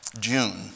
June